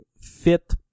fit